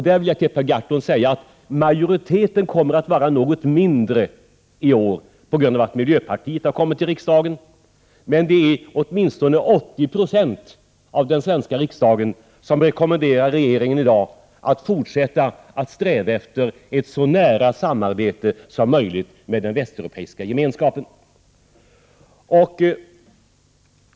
Där vill jag till Per Gahrton säga följande: Majoriteten kommer att vara något mindre i år, på grund av att miljöpartiet har kommit till riksdagen, men det är åtminstone 80 2 av den svenska riksdagen som rekommenderar regeringen i dag att fortsätta att sträva efter ett så nära samarbete som möjligt med den västeuropeiska gemenskapen.